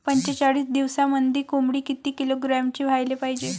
पंचेचाळीस दिवसामंदी कोंबडी किती किलोग्रॅमची व्हायले पाहीजे?